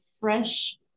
fresh